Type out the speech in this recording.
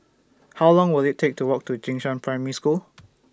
How Long Will IT Take to Walk to Jing Shan Primary School